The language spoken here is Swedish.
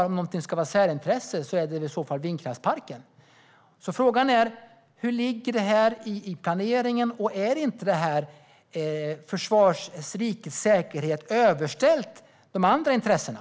Om något ska vara särintresse är det väl i så fall vindkraftsparken. Frågan är: Hur ligger det här i planeringen, och är inte rikets säkerhet överställd de andra intressena?